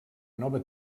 nova